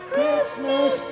Christmas